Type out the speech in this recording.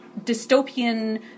dystopian